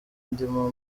ndimo